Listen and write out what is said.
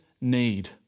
need